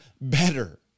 better